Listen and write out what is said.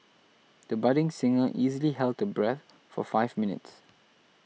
the budding singer easily held her breath for five minutes